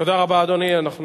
תודה רבה לך.